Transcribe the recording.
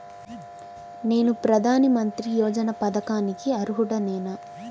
నేను ప్రధాని మంత్రి యోజన పథకానికి అర్హుడ నేన?